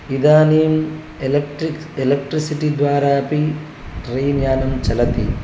इदानीम् electrics electricity द्वारा अपि ट्रैन् यानं चलति